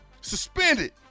Suspended